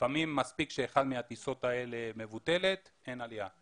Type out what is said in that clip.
לפעמים מספיק שאחת מהטיסות האלה מבוטלת ואין עלייה.